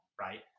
right